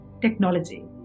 technology